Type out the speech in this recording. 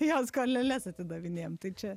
jo skoleles atidavinėjam tai čia